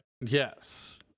Yes